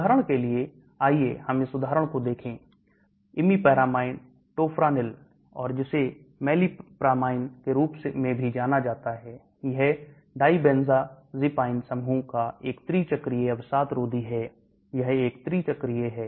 उदाहरण के लिए आइए हम इस उदाहरण को देखें imipramine Tofranil और जिसे melipramine के रूप में भी जाना जाता है यह dibenzazepine समूह का एक त्रि चक्रीय अवसाद रोधी है यह एक त्रि चक्रीय है